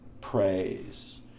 praise